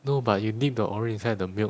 no but you dip the Oreo inside the milk